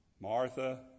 Martha